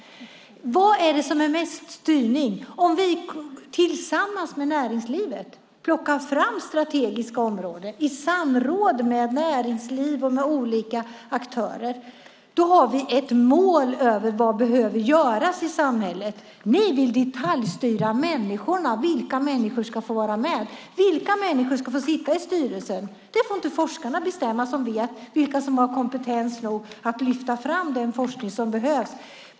Vad är det som är mest styrning? Om vi tillsammans med näringslivet plockar fram strategiska områden i samråd med näringsliv och olika aktörer har vi ett mål för vad som behöver göras i samhället. Ni vill detaljstyra vilka personer som ska få vara med. Vilka personer som ska få sitta i styrelsen får inte forskarna bestämma trots att de vet vilka som har kompetens nog för att lyfta fram den forskning som behövs.